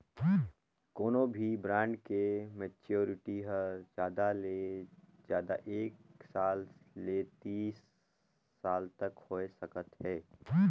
कोनो भी ब्रांड के मैच्योरिटी हर जादा ले जादा एक साल ले तीस साल तक होए सकत हे